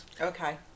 okay